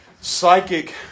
psychic